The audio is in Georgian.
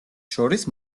შორის